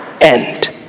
end